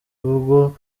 ubwo